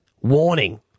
Warning